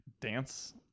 dance